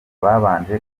babanje